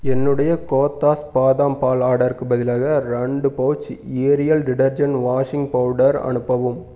என்னுடைய கோத்தாஸ் பாதாம் பால் ஆர்டருக்குப் பதிலாக ரெண்டு pouch Ariel detergent washing powder அனுப்பவும்